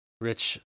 Rich